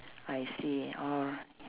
I see orh